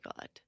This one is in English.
God